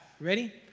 Ready